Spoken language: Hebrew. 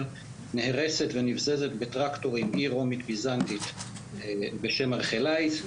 נהרסת ונבזזת בטרקטורים עיר רומית ביזנטית בשם ארכלאיס,